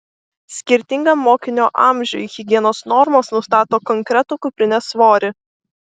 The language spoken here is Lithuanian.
skirtingam mokinio amžiui higienos normos nustato konkretų kuprinės svorį